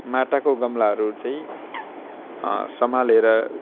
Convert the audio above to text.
माटाको गमलाहरू चाहिँ सम्हालेर